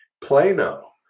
Plano